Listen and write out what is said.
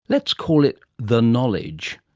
let's call it the knowledge.